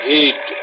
Heat